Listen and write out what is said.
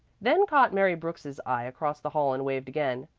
then caught mary brooks's eye across the hall and waved again.